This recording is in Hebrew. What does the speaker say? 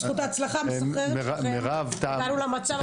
בזכות ההצלחה המסחררת שלכם הגענו למצב הזה.